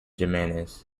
jimenez